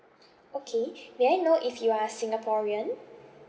okay may I know if you are singaporean